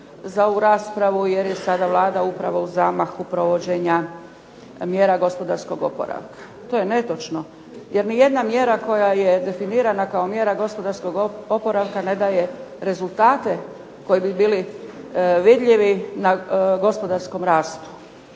za ovu raspravu, jer je sada Vlada upravo u zamahu provođenja mjera gospodarskog oporavaka. To je netočno. Jer nijedna mjera koja je definirana kao mjera gospodarskog oporavaka ne daje rezultate koji bi bili vidljivi na gospodarskom rastu.